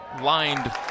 lined